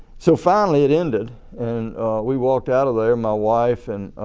so finally it ended and we walked out of there my wife and